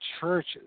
churches